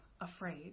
afraid